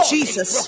Jesus